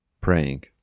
praying